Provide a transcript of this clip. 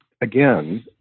again